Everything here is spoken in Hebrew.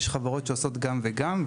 יש חברות שעושות גם וגם,